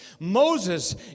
Moses